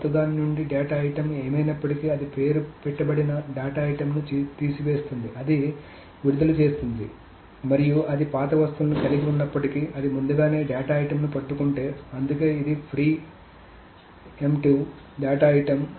కొత్త దాని నుండి డేటా ఐటెమ్ ఏమైనప్పటికీ అది పేరు పెట్టబడిన డేటా ఐటెమ్ను తీసివేస్తుంది అది విడుదల చేస్తుంది చేస్తుంది మరియు అది పాత వస్తువులను కలిగి ఉన్నప్పటికీ అది ముందుగానే డేటా ఐటెమ్ని పట్టుకుంటుంది అందుకే ఇది ప్రీ ఎమ్ప్టివ్ డేటా ఐటమ్